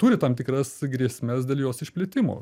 turi tam tikras grėsmes dėl jos išplitimo